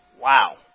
wow